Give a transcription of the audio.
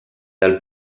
dal